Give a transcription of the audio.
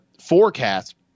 forecast